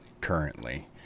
currently